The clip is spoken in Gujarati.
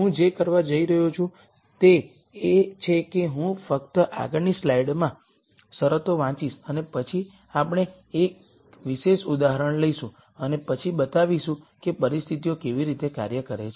હું જે કરવા જઇ રહ્યો છું તે એ છે કે હું ફક્ત આગળની સ્લાઈડમાં શરતો વાંચીશ અને પછી આપણે એક વિશેષ ઉદાહરણ લઈશું અને પછી બતાવીશું કે પરિસ્થિતિઓ કેવી રીતે કાર્ય કરે છે